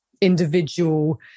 individual